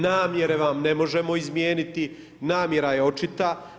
Namjere vam ne može izmijeniti, namjera je očita.